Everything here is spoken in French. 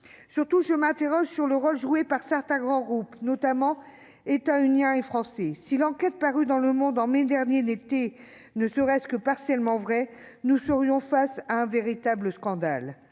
Surtout, je m'interroge sur le rôle joué par certains grands groupes, notamment états-uniens et français. Si l'enquête parue dans en mai dernier était vraie, ne serait-ce que partiellement, nous serions face à un véritable scandale.